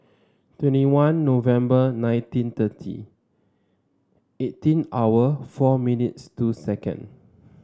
twenty one November nineteen thirty eighteen hour four minutes two second